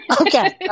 okay